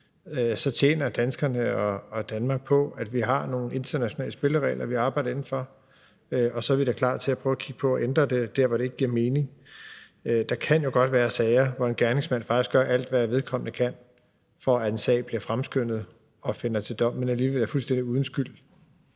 samlet set tjener på, at vi har nogle internationale spilleregler, vi arbejder inden for, og så er vi da klar til at prøve at kigge på at ændre det der, hvor det ikke giver mening. Der kan jo godt være sager, hvor en gerningsmand faktisk gør alt, hvad vedkommende kan, for at en sag bliver fremskyndet og kommer til doms, men alligevel er fuldstændig uden skyld,